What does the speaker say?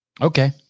Okay